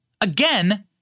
Again